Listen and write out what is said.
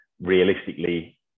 realistically